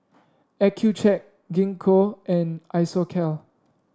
Accucheck Gingko and Isocal